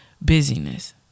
busyness